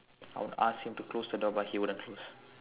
I would ask him to close the door but he wouldn't close